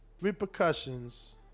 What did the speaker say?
repercussions